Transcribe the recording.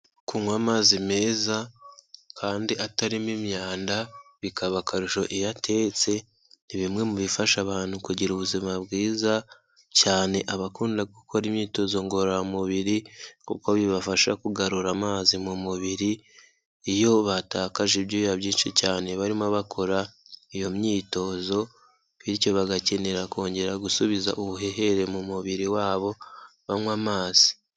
Kunywa amazi meza kandi atarimo imyanda, bikaba akarusho iyo atetse, ni bimwe mu bifasha abantu kugira ubuzima bwiza, cyane abakunda gukora imyitozo ngororamubiri kuko bibafasha kugarura amazi mu mubiri, iyo batakaje ibyuya byinshi cyane barimo bakora iyo myitozo bityo bagakenera kongera gusubiza ubuhehere mu mubiri wabo, banywa amazi.